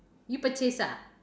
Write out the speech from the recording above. you purchase ah